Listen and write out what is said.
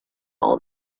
all